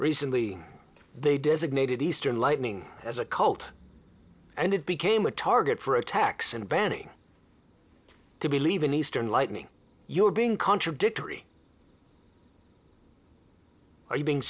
recently they does it made it eastern lightning as a cult and it became a target for attacks and banning to believe in eastern lightning you're being contradictory or you being